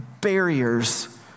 barriers